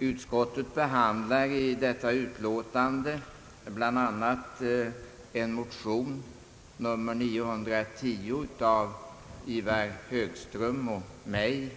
Utskottet behandlar i detta utlåtande bland annat en motion i denna kammare av herr Ivar Högström och mig.